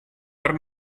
per